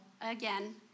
again